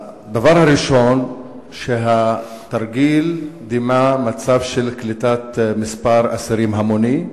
הדבר הראשון הוא שהתרגיל דימה מצב של קליטת מספר אסירים המוני,